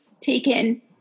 taken